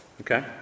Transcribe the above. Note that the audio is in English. Okay